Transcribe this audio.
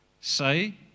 Say